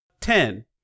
Ten